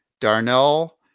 Darnell